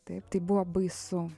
taip tai buvo baisu